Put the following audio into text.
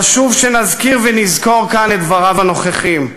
חשוב שנזכיר ונזכור כאן את דבריו הנכוחים.